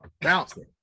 bouncing